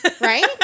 Right